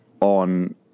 on